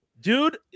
Dude